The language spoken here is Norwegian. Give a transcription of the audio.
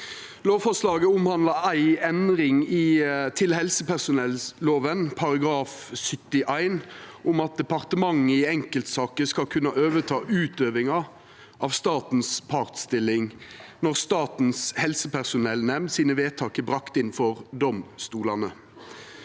Lovforslaget handlar om ei endring i helsepersonellova § 71 om at departementet i enkeltsaker skal kunna overta utøvinga av statens partsstilling når Statens helsepersonellnemnd sine vedtak er bringa inn for domstolane.